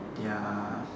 their